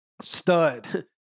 stud